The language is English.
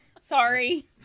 Sorry